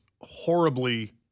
horribly